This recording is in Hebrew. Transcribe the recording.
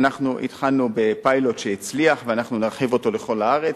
התחלנו בפיילוט שהצליח ואנחנו נרחיב אותו לכל הארץ.